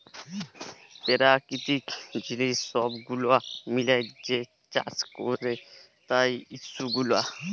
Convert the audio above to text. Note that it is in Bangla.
পেরাকিতিক জিলিস ছব গুলা মিলাঁয় যে চাষ ক্যরে তার ইস্যু গুলা